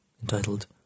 entitled